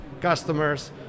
customers